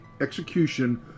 execution